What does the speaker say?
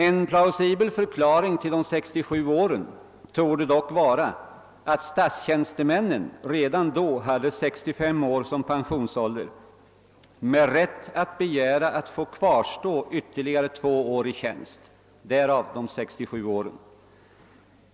En plausibel förklaring till de 67 åren torde dock vara att statstjänstemännen redan då hade 65 år som pensionsålder med rätt att begära att få kvarstå ytterligare två år i tjänst — därav de 67 åren.